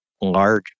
large